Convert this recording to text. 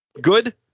good